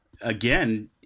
again